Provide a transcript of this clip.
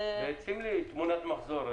בוקר טוב,